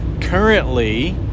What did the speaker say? currently